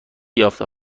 یافته